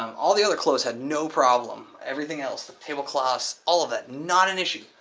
um all the other clothes had no problem. everything else, the tablecloths, all of that, not an issue.